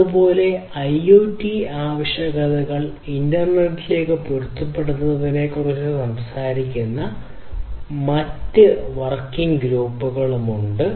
അതുപോലെ IoT ആവശ്യകതകൾ ഇന്റർനെറ്റിലേക്ക് പൊരുത്തപ്പെടുത്തുന്നതിനെക്കുറിച്ച് സംസാരിക്കുന്ന മറ്റ് വർക്കിംഗ് ഗ്രൂപ്പുകളും ഉണ്ട്